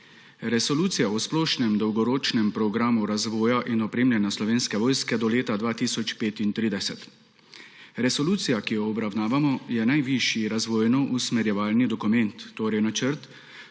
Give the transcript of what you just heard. Resolucija o splošnem dolgoročnem programu razvoja in opremljanja Slovenske vojske do leta 2035. Resolucija, ki jo obravnavamo, je najvišji razvojno-usmerjevalni dokument, torej načrt,